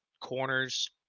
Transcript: corners